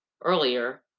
earlier